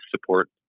support